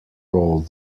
role